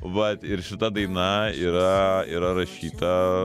vat ir šita daina yra yra rašyta